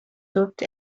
durfte